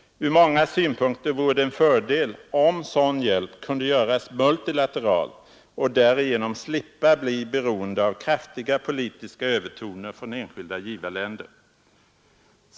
Från många synpunkter vore det en fördel, om sådan hjälp kunde göras multilateral och därigenom slippa bli beroende av kraftiga politiska övertoner från enskilda givarländer.